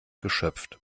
geschöpft